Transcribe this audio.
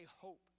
hope